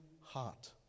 heart